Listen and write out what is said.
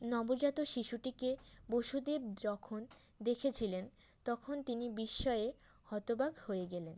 নবজাত শিশুটিকে বসুদেব যখন দেখেছিলেন তখন তিনি বিস্ময়ে হতবাক হয়ে গেলেন